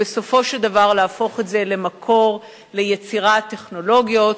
ובסופו של דבר להפוך את זה למקור ליצירת טכנולוגיות,